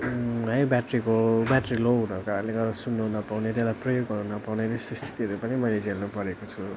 है ब्याट्रीको battery low हुनुको कारणले सुन्नु नपाउने त्यसलाई प्रयोग गर्नु नपाउने यस्तो यस्तो स्थितिहरू पनि झेल्नुपरेको छु